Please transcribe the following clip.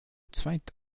zweit